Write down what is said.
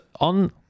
on